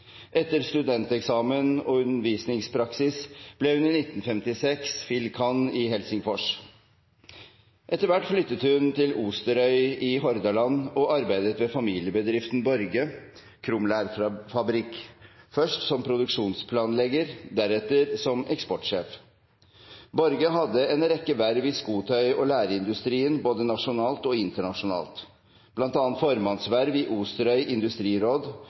Etter studenteksamen og undervisningspraksis ble hun i 1956 fil.kand. i Helsingfors. Etter hvert flyttet hun til Osterøy i Hordaland og arbeidet ved familiebedriften Borge Kromlærfabrikk, først som produksjonsplanlegger, deretter som eksportsjef. Borge hadde en rekke verv i skotøy- og lærindustrien, både nasjonalt og internasjonalt, bl.a. formannsverv i